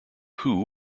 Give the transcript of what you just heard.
who